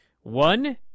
One